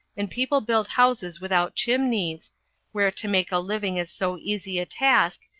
and people build houses without chimneys where to make a living is so easy a task,